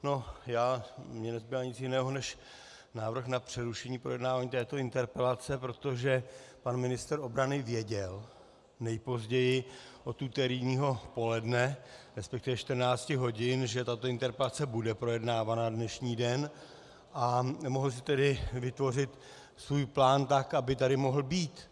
No, mně nezbývá nic jiného než návrh na přerušení projednávání této interpelace protože pan ministr obrany věděl nejpozději od úterního poledne, respektive 14 hodin, že tato interpelace bude projednávána dnešní den, a mohl si tedy vytvořit svůj plán tak, aby tady mohl být.